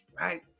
right